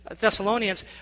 Thessalonians